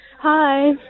Hi